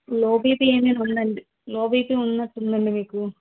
లో బీపీ అనేది ఉందండి లో బీపీ ఉనట్టుందండి మీకు